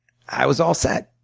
i was all set.